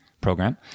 program